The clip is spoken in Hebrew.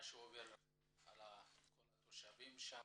מה שעובר על התושבים שם